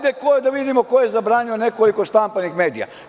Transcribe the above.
Da vidimo ko je zabranio nekoliko štampanih medija?